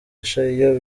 iyo